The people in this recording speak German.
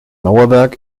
mauerwerk